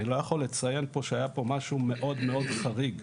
אני לא יכול לציין שהיה פה משהו מאוד מאוד חריג,